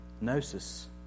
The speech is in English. gnosis